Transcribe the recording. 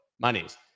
monies